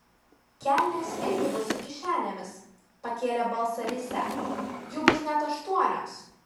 kelnės irgi bus su kišenėmis pakėlė balsą risią jų bus net aštuonios